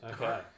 Okay